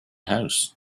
house